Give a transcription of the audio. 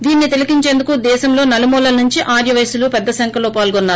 దీనిని తిలకించేందుకు దేశం నలుమూలల నుంచి ఆర్యవైశ్యులు పెద్ద సంఖ్యలో పాల్గొన్నారు